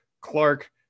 Clark